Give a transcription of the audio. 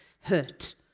hurt